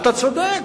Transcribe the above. אתה צודק.